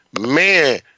Man